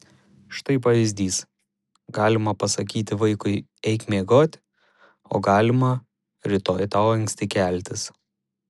štai pavyzdys galima pasakyti vaikui eik miegoti o galima rytoj tau anksti keltis